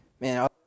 Man